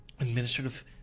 Administrative